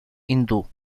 hindú